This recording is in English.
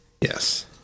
Yes